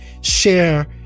share